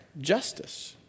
justice